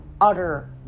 utter